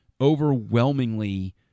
overwhelmingly